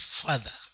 father